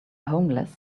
homeless